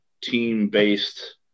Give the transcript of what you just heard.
team-based